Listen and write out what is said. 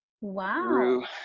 Wow